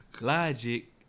logic